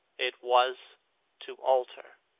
it was to alter.